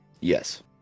Yes